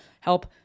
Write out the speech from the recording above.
help